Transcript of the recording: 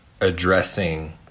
addressing